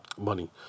money